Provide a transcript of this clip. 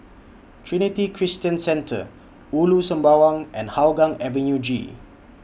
Trinity Christian Centre Ulu Sembawang and Hougang Avenue G